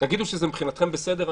אם תגידו שמבחינתכם זה בסדר,